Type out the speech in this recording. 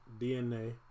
DNA